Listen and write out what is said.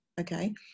okay